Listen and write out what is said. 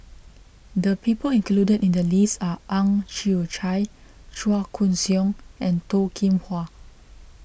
the people included in the list are Ang Chwee Chai Chua Koon Siong and Toh Kim Hwa